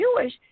Jewish